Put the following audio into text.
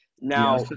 Now